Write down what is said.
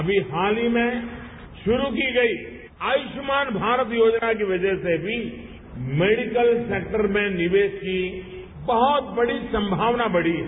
अमी हाल ही में शुरू की गई आयुष्मान भारत योजना की वजह से भी मेडिकल सेक्टर में निवेश की बहुत बड़ी संभावना बढ़ी है